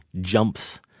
jumps